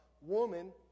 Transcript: woman